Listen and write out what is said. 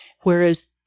whereas